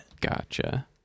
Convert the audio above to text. Gotcha